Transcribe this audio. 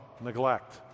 neglect